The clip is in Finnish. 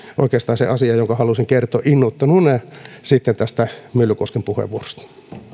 oikeastaan se asia jonka halusin kertoa innoittuneena tästä myllykosken puheenvuorosta